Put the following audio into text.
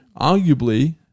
arguably